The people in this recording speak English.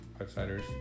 outsiders